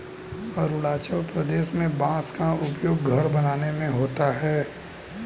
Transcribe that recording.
अरुणाचल प्रदेश में बांस का उपयोग घर बनाने में होता है